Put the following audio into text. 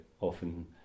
often